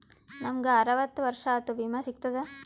ನಮ್ ಗ ಅರವತ್ತ ವರ್ಷಾತು ವಿಮಾ ಸಿಗ್ತದಾ?